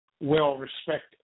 well-respected